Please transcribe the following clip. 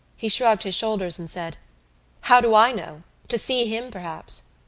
he shrugged his shoulders and said how do i know? to see him, perhaps.